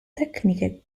tecniche